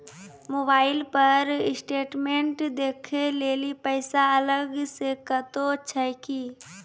Mobile पर statement देखे लेली पैसा अलग से कतो छै की?